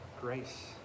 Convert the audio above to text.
grace